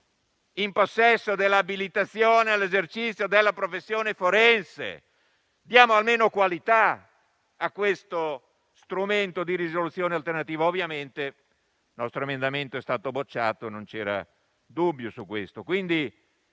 in possesso dell'abilitazione all'esercizio della professione forense, per dare qualità a questo strumento di risoluzione alternativa. Ovviamente però il nostro emendamento è stato bocciato, non c'era dubbio su questo.